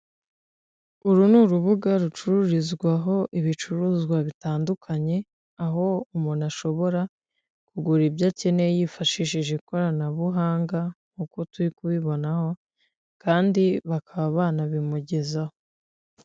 Uru ni urubuga rucururizwaho ibicuruzwa bitandukanye, aho umuntu ashobora kugura ibyo akeneye yifashishije ikoranabuhanga, nk'uko turi kubibonaho kandi bakaba banabimugezaho.